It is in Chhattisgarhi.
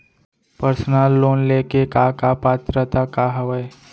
पर्सनल लोन ले के का का पात्रता का हवय?